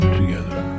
together